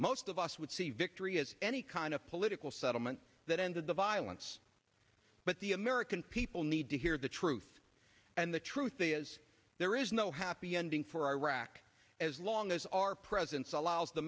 most of us would see victory as any kind of political settlement that ended the violence but the american people need to hear the truth and the truth is there is no happy ending for iraq as long as our presence allows the